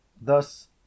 thus